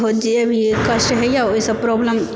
जेभी कष्ट होइए ओहिसँ प्रॉब्लम